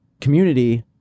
community